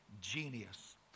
genius